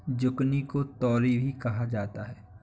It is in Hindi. जुकिनी को तोरी भी कहा जाता है